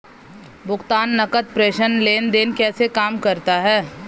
भुगतान नकद प्रेषण लेनदेन कैसे काम करता है?